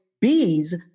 bees